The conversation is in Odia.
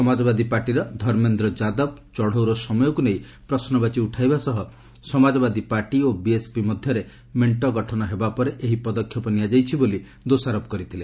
ସମାଜବାଦୀ ପାର୍ଟିର ଧର୍ମେନ୍ଦ୍ର ଯାଦବ ଚଢ଼ଉର ସମୟକୁ ନେଇ ପ୍ରଶ୍ନବାଚୀ ଉଠାଇବା ସହ ସମାଜବାଦୀ ପାର୍ଟି ଓ ବିଏସ୍ପି ମଧ୍ୟରେ ମେଣ୍ଟ ଗଠନ ହେବା ପରେ ଏହି ପଦକ୍ଷେପ ନିଆଯାଇଛି ବୋଲି ଦୋଷାରୋପ କରିଥିଲେ